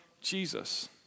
Jesus